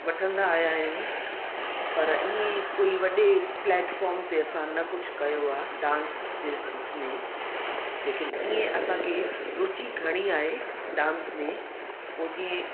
वठंदा आयां आहियूं पर ईअं कोई वॾे प्लेटफॉम ते असां न कुझु कयो आहे डांस जे इसमें लेकिन ईअं असांखे रुचि घणी आहे डांस में पोइ जीअं